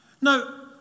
Now